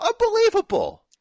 Unbelievable